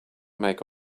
make